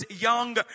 young